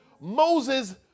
Moses